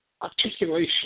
articulation